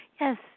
Yes